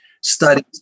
studies